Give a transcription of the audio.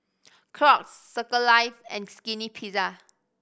Crocs Circles Life and Skinny Pizza